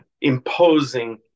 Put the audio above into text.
imposing